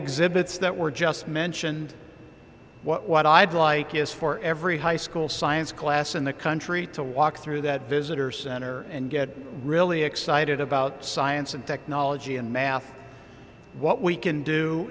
exhibits that were just mentioned what i'd like is for every high school science class in the country to walk through that visitor center and get really excited about science and technology and math what we can do